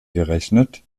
gerechnet